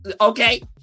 Okay